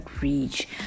reach